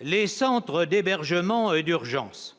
Les centres d'hébergement d'urgence,